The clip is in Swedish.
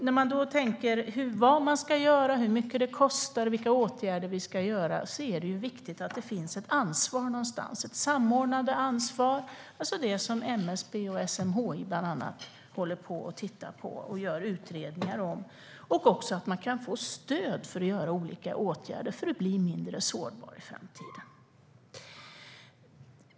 När man då tänker på vad man ska göra, hur mycket det kostar och vilka åtgärder man ska vidta är det viktigt att det någonstans finns någon som har ett samordnande ansvar, alltså det som bland andra MSB och SMHI håller på att titta på och gör utredningar om. Det är också viktigt att man kan få stöd för att vidta olika åtgärder för att bli mindre sårbar i framtiden.